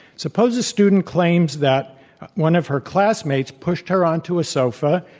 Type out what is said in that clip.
suppose a student claims that one of her classmates pushed her onto a sofa,